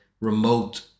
remote